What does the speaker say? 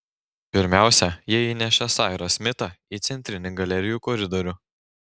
pirmiausia jie įnešė sairą smitą į centrinį galerijų koridorių